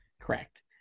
Correct